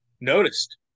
noticed